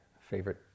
favorite